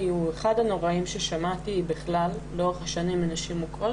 הוא אחד הנוראיים ששמעתי לאורך השנים מנשים מוכות.